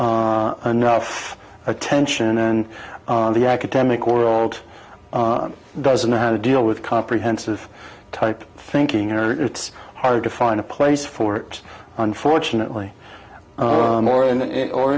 enough attention and on the academic world doesn't know how to deal with comprehensive type thinking or it's hard to find a place for it unfortunately more and or